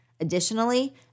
Additionally